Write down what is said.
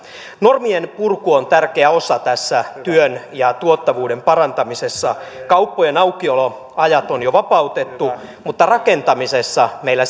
normien purku on tärkeä osa tässä työn ja tuottavuuden parantamisessa kauppojen aukioloajat on jo vapautettu mutta rakentamisessa meillä